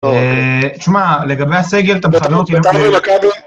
שמע, לגבי הסגל אתה לא..